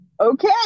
okay